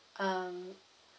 um